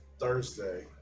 Thursday